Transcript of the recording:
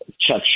Chuck